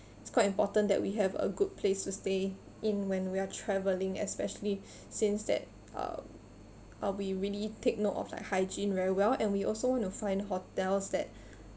it's quite important that we have a good place to stay in when we are travelling especially since that uh uh we really take note of like hygiene very well and we also want to find hotels that